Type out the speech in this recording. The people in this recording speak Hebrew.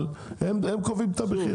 אבל הם קובעים את המחיר.